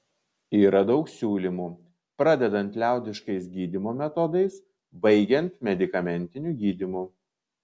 yra daug siūlymų pradedant liaudiškais gydymo metodais baigiant medikamentiniu gydymu